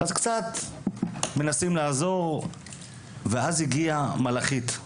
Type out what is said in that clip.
אז קצת מנסים לעזור ואז הגיעה מלאכית,